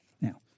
now